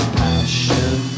passion